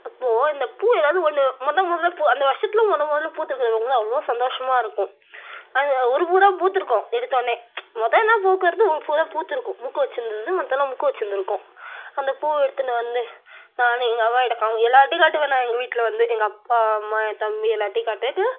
அப்போ இந்த பூ எதாவது ஒன்று முத முத போ அந்த வர்ஷத்தில் முத முதல்ல பூத்துருக்கு அவ்வளோ சந்தோஷமாக இருக்கும் அது ஒரு பூ தான் பூத்துருக்கும் எடுத்தனொன்னே முதன்னா பூக்கிறது ஒரு பூ தான் பூத்துயிருக்கும் மொக்கு வச்சிருந்ததுது மத்தெல்லாம் மொக்கு வச்சிந்துருக்கும் அந்த பூவு எடுத்துன்னு வந்து நான் எங்கள் அம்மா கிட்ட காம எல்லார்கிட்டியும் காட்டுவேன் நான் எங்கள் வீட்டில் வந்து எங்கள் அப்பா அம்மா என் தம்பி எல்லார்கிட்டியும் காட்டிகிட்டு